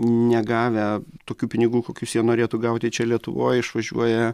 negavę tokių pinigų kokius jie norėtų gauti čia lietuvoj išvažiuoja